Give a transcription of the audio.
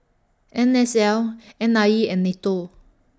N S L N I E and NATO